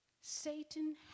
Satan